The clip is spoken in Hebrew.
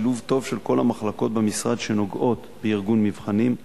שילוב טוב של כל המחלקות במשרד שנוגעות לארגון מבחנים,